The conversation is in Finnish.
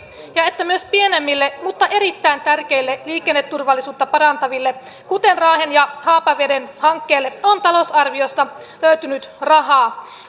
ja että myös pienemmille mutta erittäin tärkeille liikenneturvallisuutta parantaville hankkeille kuten raahen ja haapaveden hankkeille on talousarviosta löytynyt rahaa